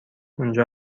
اونجا